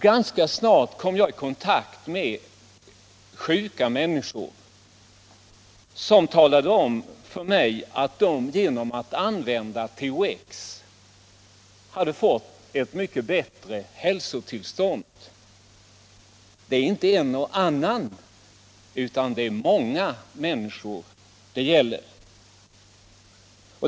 Ganska snart kom jag i kontakt med sjuka människor som talade om för mig att de genom att använda THX hade fått ett mycket bättre hälsotillstånd. Det är inte en och annan, utan det är många människor det gäller.